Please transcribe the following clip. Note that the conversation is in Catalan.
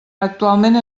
actualment